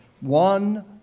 One